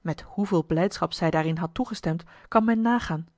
met hoeveel blijdschap zij daarin had toegestemd kan men nagaan